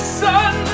sun